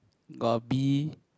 got a bee